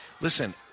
Listen